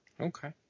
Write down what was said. Okay